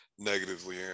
negatively